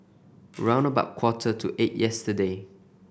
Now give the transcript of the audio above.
round about quarter to eight yesterday